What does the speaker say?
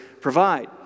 provide